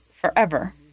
forever